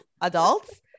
adults